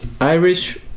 Irish